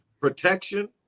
protection